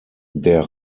der